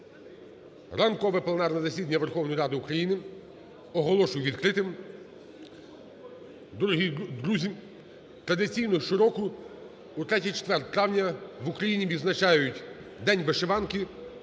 Ранкове пленарне засідання Верховної Ради України оголошую відкритим. Дорогі друзі, традиційно щороку у третій четвер травня в Україні відзначають День вишиванки.